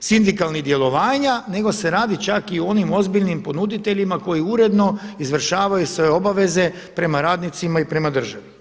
sindikalnih djelovanja nego se radi čak i o onim ozbiljnim ponuditeljima koji uredno izvršavaju svoje obaveze prema radnicima i prema državi.